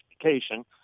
Education